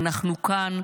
472 ימים למלחמה,